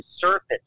surface